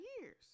years